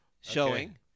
showing